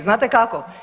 Znate kako?